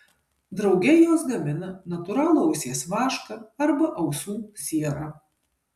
drauge jos gamina natūralų ausies vašką arba ausų sierą